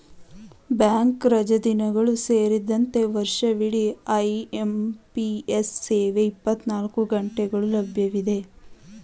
bank ರಜಾದಿನಗಳು ಸೇರಿದಂತೆ ವರ್ಷವಿಡಿ ಐ.ಎಂ.ಪಿ.ಎಸ್ ಸೇವೆ ಇಪ್ಪತ್ತನಾಲ್ಕು ಗಂಟೆಗಳು ಲಭ್ಯವಿದೆ